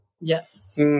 Yes